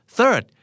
Third